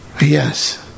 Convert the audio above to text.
Yes